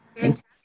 Fantastic